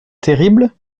terrible